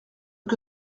que